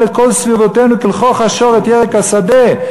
את כל סביבֹתינו כלחֹך השור את ירק השדה".